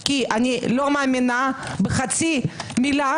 כי אני איני מאמינה בחצי מילה